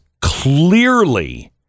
clearly